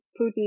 Putin